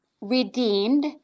Redeemed